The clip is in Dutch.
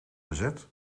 gezet